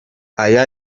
aya